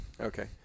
Okay